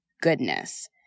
goodness